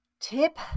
Tip